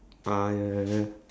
ah ya ya ya